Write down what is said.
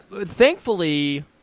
thankfully